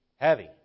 Heavy